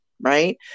right